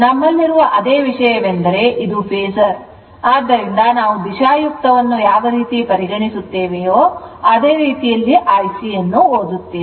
ನಮ್ಮಲ್ಲಿರುವ ಅದೇ ವಿಷಯವೆಂದರೆ ಇದು ಫೇಸರ್ ಆದ್ದರಿಂದ ನಾವು ದಿಶಾಯುಕ್ತವನ್ನು ಯಾವ ರೀತಿ ಪರಿಗಣಿಸುತ್ತೇವೆಯೋ ಅದೇ ರೀತಿಯಲ್ಲಿ IC ಅನ್ನು ಓದುತ್ತೇವೆ